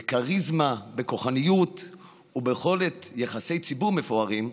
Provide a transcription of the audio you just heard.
בכריזמה, בכוחנית וביכולת יחסי ציבור מפוארים,